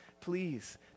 Please